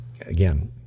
again